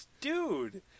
dude